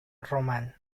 román